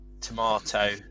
tomato